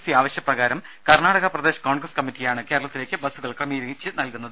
C ആവശ്യപ്രകാരം കർണ്ണാടക പ്രദേശ് കോൺഗ്രസ് കമ്മിറ്റിയാണ് കേരളത്തിലേക്ക് ബസുകൾ ക്രമീകരിച്ച് നൽകുന്നത്